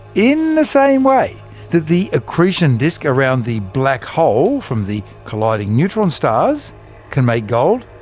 in the same way that the accretion disk around the black hole from the colliding neutron stars can make gold,